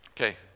Okay